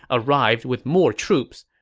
arrived with more troops.